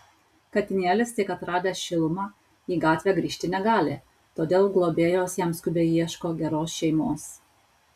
katinėlis tik atradęs šilumą į gatvę grįžti negali todėl globėjos jam skubiai ieško geros šeimos